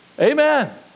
Amen